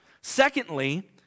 secondly